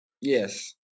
Yes